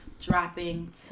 dropping